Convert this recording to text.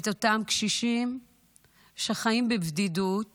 את אותם קשישים שחיים בבדידות